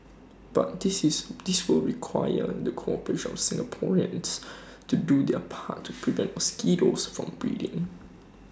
but this is this will require the cooperation of Singaporeans to do their part and prevent mosquitoes from breeding